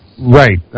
right